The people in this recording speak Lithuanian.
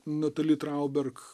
natali trauberg